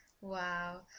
Wow